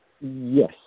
Yes